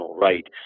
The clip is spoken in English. right